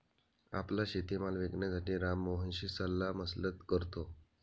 आपला शेतीमाल विकण्यासाठी राम मोहनशी सल्लामसलत करतो